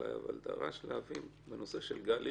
אבל דרש להבין בנושא של גל הירש,